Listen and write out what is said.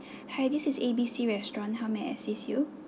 hi this is A_B_C restaurant how may I assist you